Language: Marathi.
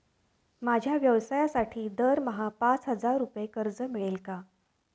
माझ्या व्यवसायासाठी दरमहा पाच हजार रुपये कर्ज मिळेल का?